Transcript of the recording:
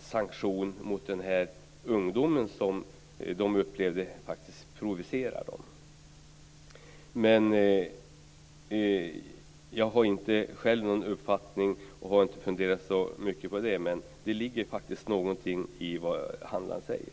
sanktion mot dessa ungdomar som faktiskt upplevs provocera handlarna. Själv har jag ingen uppfattning om detta. Jag har inte funderat särskilt mycket på det men det ligger faktiskt något i vad handlaren säger.